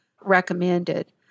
recommended